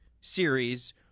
series